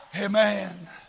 Amen